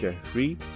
Free